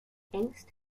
angst